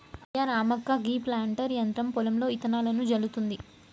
అయ్యా రామక్క గీ ప్లాంటర్ యంత్రం పొలంలో ఇత్తనాలను జల్లుతుంది